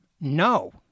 No